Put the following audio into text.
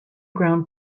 ground